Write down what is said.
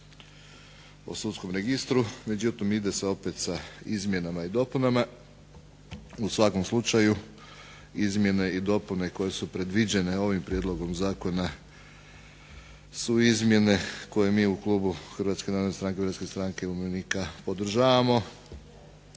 o sudskom registru, međutim ide se opet sa izmjenama i dopunama, u svakom slučaju izmjene i dopune koje su predviđene ovim prijedlogom zakona su izmjene koje mi u klubu Hrvatske narodne stranke i Hrvatske stranke umirovljenika podržavamo,